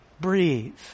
breathe